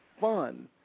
fun